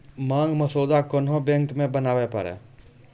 मांग मसौदा कोन्हो बैंक मे बनाबै पारै